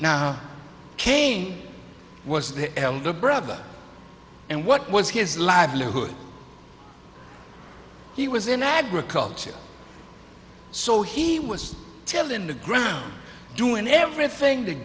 now came was the elder brother and what was his livelihood he was in agriculture so he was telling the ground doing everything that